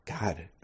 God